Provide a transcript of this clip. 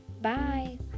bye